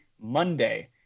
Monday